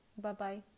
Bye-bye